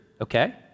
okay